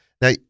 Now